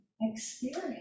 experience